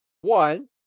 one